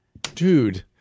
Dude